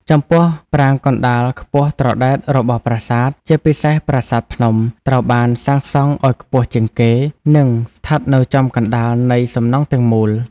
ចំពោះ ប្រាង្គកណ្ដាលខ្ពស់ត្រដែតរបស់ប្រាសាទ ជាពិសេសប្រាសាទភ្នំ ត្រូវបានសាងសង់ឱ្យខ្ពស់ជាងគេ និងស្ថិតនៅចំកណ្តាលនៃសំណង់ទាំងមូល។